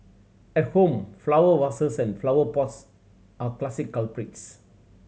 at home flower vases and flower pots are classic culprits